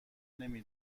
نمی